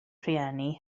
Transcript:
rhieni